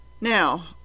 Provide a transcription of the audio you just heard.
Now